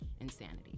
insanity